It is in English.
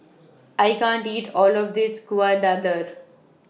I can't eat All of This Kueh Dadar